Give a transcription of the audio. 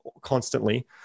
constantly